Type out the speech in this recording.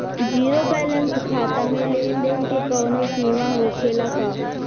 Zero balance खाता में लेन देन के कवनो सीमा होखे ला का?